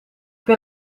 ben